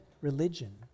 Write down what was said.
religion